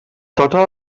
tota